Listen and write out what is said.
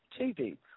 TV